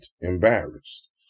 embarrassed